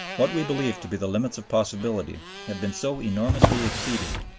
what we believed to be the limits of possibility have been so enormously exceeded,